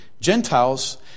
Gentiles